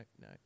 no